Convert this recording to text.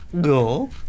Go